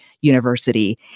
University